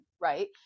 Right